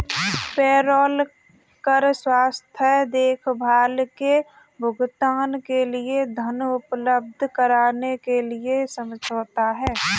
payroll कर स्वास्थ्य देखभाल के भुगतान के लिए धन उपलब्ध कराने के लिए समझौता है